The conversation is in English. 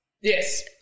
yes